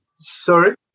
sorry